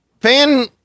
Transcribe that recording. fan